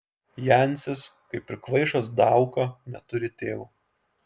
jancis kaip ir kvaišas dauka neturi tėvo